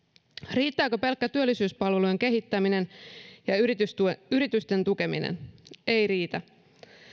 riittääkö pelkkä työllisyyspalveluiden kehittäminen ja ja yritysten tukeminen ei riitä